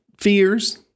fears